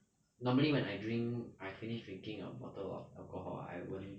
normally when I drink I finished drinking a bottle of alcohol I wouldn't